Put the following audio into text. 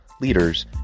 leaders